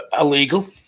illegal